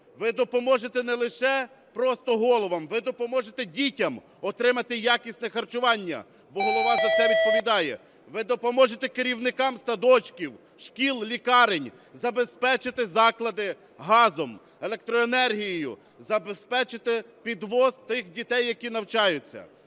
ви допоможете не лише просто головам, ви допоможете дітям отримати якісне харчування, бо голова за це відповідає; ви допоможете керівникам садочків, шкіл, лікарень забезпечити заклади газом, електроенергією, забезпечити підвіз тих дітей, які навчаються.